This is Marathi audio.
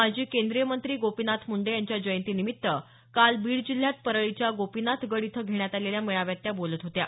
माजी केंद्रीय मंत्री गोपिनाथ मुंडे यांच्या जयंतीनिमित्त काल बीड जिल्ह्यात परळीच्या गोपिनाथ गड इथं घेण्यात आलेल्या मेळाव्यात त्या बोलत होत्या